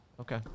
Okay